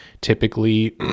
typically